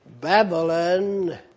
Babylon